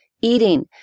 eating